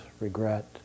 regret